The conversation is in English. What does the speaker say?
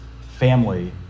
family